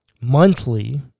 Monthly